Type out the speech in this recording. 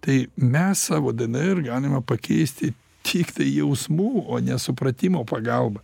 tai mes savo dnr galime pakeisti tiktai jausmų o ne supratimo pagalba